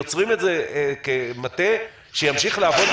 יוצרים את זה כמטה שימשיך לעבוד,